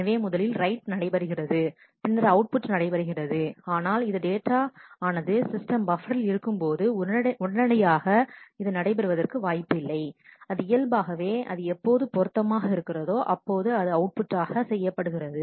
எனவே முதலில் ரைட் நடைபெறுகிறது பின்னர் அவுட்புட் நடைபெறுகிறது ஆனால் இது டேட்டா ஆனது சிஸ்டம் பப்பரில் இருக்கும் போது உடனடியாக இது நடை பெறுவதற்கு வாய்ப்பில்லை அது இயல்பாகவே அது எப்போது பொருத்தமாக இருக்கிறதோ அப்போது அது அவுட் அவுட் புட்டாக செய்யப்படுகிறது